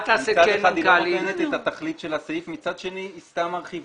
יכול להיות שצריך למצוא מישהו.